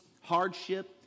hardship